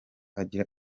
agira